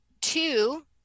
Two